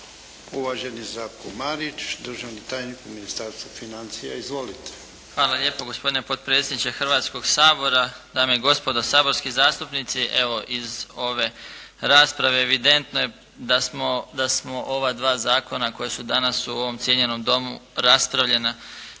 Uvaženi Zdravko Marić, držani tajnik u Ministarstvu financija. Izvolite. **Marić, Zdravko** Hvala lijepo gospodine potpredsjedniče Hrvatskog sabora, dame i gospodo saborski zastupnici. Evo, iz ove rasprave evidentno je da smo ova dva zakona koja su danas u ovom cijenjenom domu raspravljena,